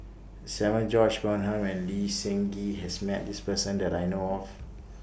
Samuel George Bonham and Lee Seng Gee has Met This Person that I know of